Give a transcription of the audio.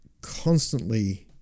constantly